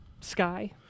sky